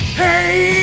Hey